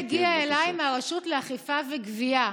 זה הגיע אליי מהרשות לאכיפה וגבייה.